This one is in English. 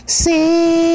see